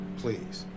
please